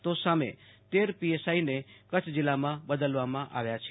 તો સામે તેર પીએસઆઈ ને કચ્ય જીલ્લામાં બદલવામાં આવ્યા છે